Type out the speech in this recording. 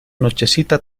nochecita